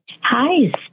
Hi